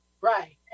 Right